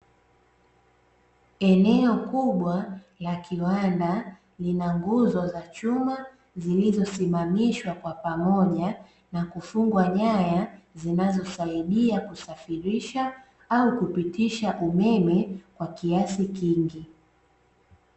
Eneo kubwa la kiwanda lina nguzo za chuma zilizosimamishwa kwa pamoja, na kufungwa nyaya zinazosaidia kusafirisha au kupitisha umeme kwa kiasi kikubwa.